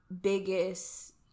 biggest